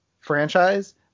franchise